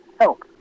help